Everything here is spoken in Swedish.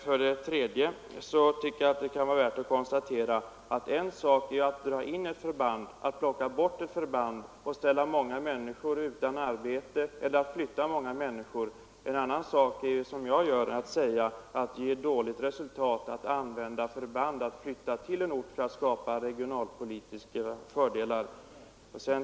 För det tredje: Det kan vara värt att konstatera att det är en sak att dra in ett förband och ställa många människor utan arbete eller flytta många människor, men att det är en annan sak att — vilket jag påstår ger dåligt resultat — flytta ett förband till en annan ort i syfte att skapa regionalpolitiska fördelar.